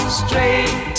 straight